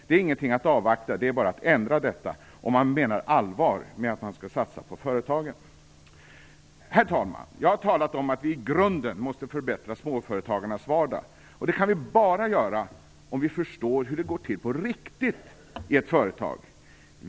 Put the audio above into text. Det är ingenting att avvakta, och det är bara att ändra detta, om man menar allvar med att man skall satsa på företagen. Herr talman! Jag har talat om att vi i grunden måste förbättra småföretagarnas vardag, och det kan vi bara göra om vi förstår hur det går till på riktigt i ett företag.